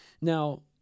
Now